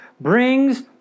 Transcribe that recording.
brings